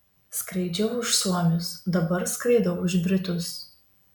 skraidžiau už suomius dabar skraidau už britus